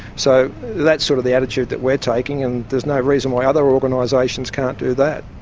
so that's sort of the attitude that we're taking and there's no reason why other organisations can't do that.